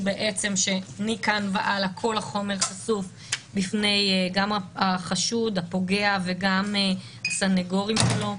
בעצם שמכאן והלאה כל החומר חשוף גם בפני החשוד הפוגע וגם הסנגורים שלו.